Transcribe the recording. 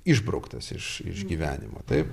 išbrauktas iš iš gyvenimo taip